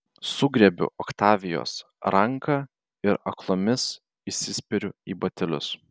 sugriebiu oktavijos ranką ir aklomis įsispiriu į batelius